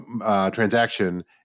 transaction